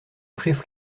chef